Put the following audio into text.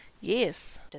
Yes